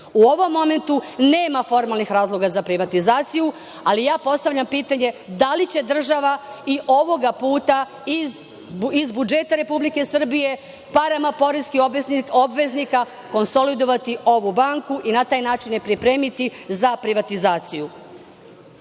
U ovom momentu nema formalnih razloga za privatizaciju, ali postavljam pitanje – da li će država i ovoga puta, iz budžeta Republike Srbije, parama poreskih obveznika, konsolidovati ovu banku i na taj način je pripremiti za privatizaciju? Četvrto